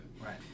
right